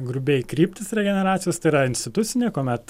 grubiai kryptis regeneracijos tai yra institucinė kuomet